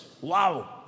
Wow